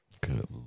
Good